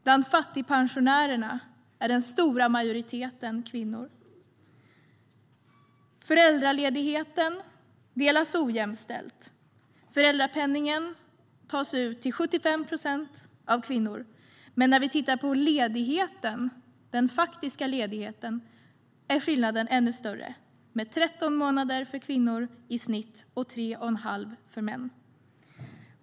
Bland fattigpensionärerna är majoriteten kvinnor. Föräldraledigheten delas ojämställt. Föräldrapenningen tas till 75 procent ut av kvinnor. När det gäller den faktiska ledigheten är skillnaden ännu större med 13 månader i snitt för kvinnor och 3 1⁄2 för män.